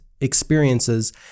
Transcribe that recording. experiences